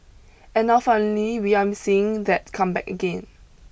and now finally we're seeing that come back again